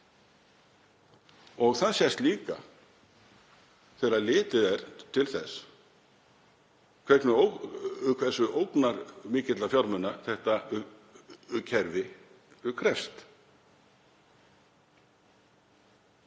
og það sést líka þegar litið er til þess hversu ógnarmikilla fjármuna þetta kerfi krefst.